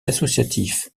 associatif